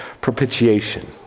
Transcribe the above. propitiation